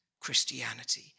Christianity